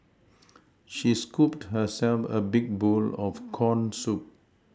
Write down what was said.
she scooped herself a big bowl of corn soup